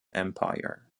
empire